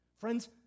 Friends